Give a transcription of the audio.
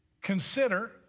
consider